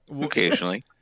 occasionally